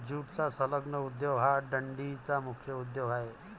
ज्यूटचा संलग्न उद्योग हा डंडीचा मुख्य उद्योग आहे